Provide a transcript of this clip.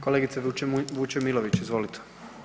Kolegice Vučemilović izvolite.